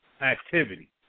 activity